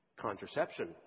Contraception